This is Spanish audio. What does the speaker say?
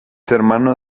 hermano